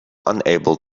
unable